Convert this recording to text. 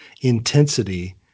intensity